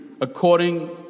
According